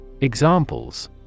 Examples